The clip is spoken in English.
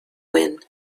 win